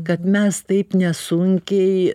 kad mes taip nesunkiai